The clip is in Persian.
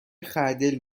خردل